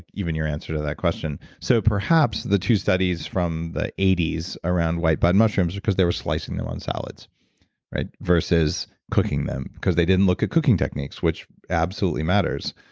even your answer to that question. so perhaps the two studies from the eighty s around white-button mushrooms because they were slicing them on salads versus cooking them, because they didn't look at cooking techniques which absolutely matters.